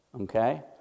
Okay